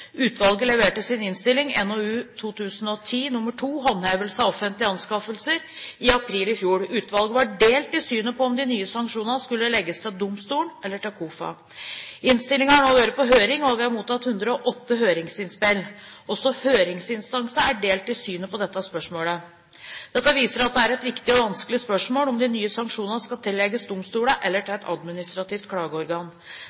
Utvalget leverte sin innstilling, NOU 2010:2 Håndhevelse av offentlige anskaffelser, i april i fjor. Utvalget var delt i synet på om de nye sanksjonene skal legges til domstolene eller til KOFA. Innstillingen har nå vært på høring, og vi har mottatt 108 høringsinnspill. Også høringsinstansene er delt i synet på dette spørsmålet. Dette viser at det er et viktig og vanskelig spørsmål om de nye sanksjonene skal tillegges domstolene eller